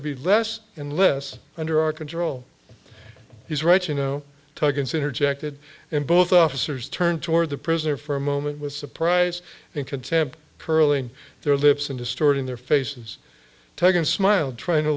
to be less and less under our control he's right you know tug consider jack did and both officers turned toward the prisoner for a moment with surprise and contempt curling their lips and distorting their faces tegan smiled trying to